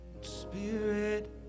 spirit